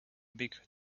big